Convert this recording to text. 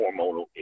hormonal